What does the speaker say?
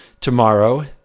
tomorrow